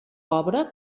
pobra